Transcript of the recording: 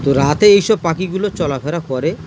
তো রাতে এই সব পাখিগুলো চলাফেরা করে